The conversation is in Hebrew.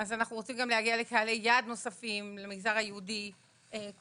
אנחנו רוצים גם להגיע לקהלי יעד נוספים למגזר היהודי כולו,